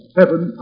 heaven